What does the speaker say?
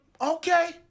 Okay